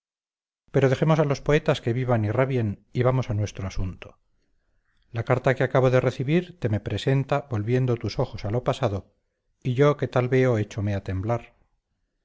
pero dejemos a los poetas que vivan y rabien y vamos a nuestro asunto la carta que acabo de recibir te me presenta volviendo tus ojos a lo pasado y yo que tal veo échome a temblar